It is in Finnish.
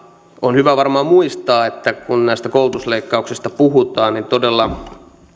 on hyvä varmaan muistaa että kun näistä koulutusleikkauksista puhutaan niin todella